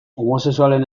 homosexualen